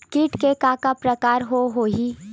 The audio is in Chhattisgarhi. कीट के का का प्रकार हो होही?